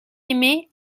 aimé